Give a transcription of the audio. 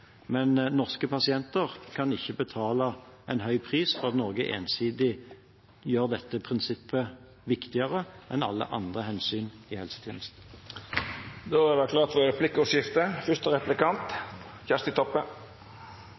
Norske pasienter kan ikke betale en høy pris for at Norge ensidig gjør dette prinsippet viktigere enn alle andre hensyn i helsetjenesten. Det vert replikkordskifte. For